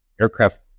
aircraft